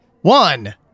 One